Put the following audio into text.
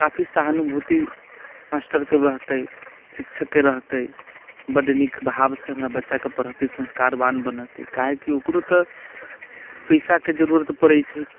काफी सहानुभूति मास्टरकेँ रहतै शिक्षककेँ रहतै बड्ड नीक भावसँ हमरा बच्चाके पढ़ेतै संस्कारवान बनेतै काहे कि ओकरो तऽ पैसाके जरूरत पड़ैत छै